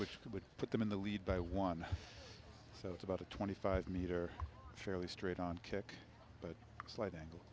which would put them in the lead by one so it's about a twenty five metre fairly straight on kick but slight angle